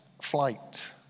flight